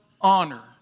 honor